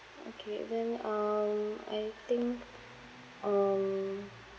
okay then um I think um